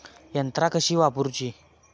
यंत्रा कशी वापरूची?